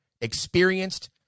experienced